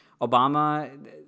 Obama